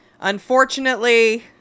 unfortunately